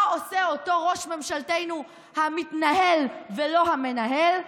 מה עושה אותו ראש ממשלתנו המתנהל ולא המנהל?